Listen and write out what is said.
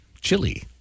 Chili